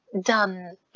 done